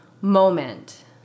moment